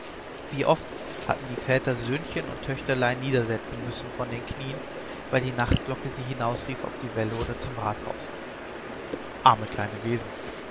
wie oft hatten die väter söhnchen und töchterlein niedersetzen müssen von den knien weil die notglocke sie hinausrief auf die wälle oder zum rathaus arme kleine